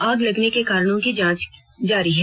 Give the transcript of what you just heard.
आग लगने के कारणों की जांच जारी है